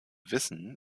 wissen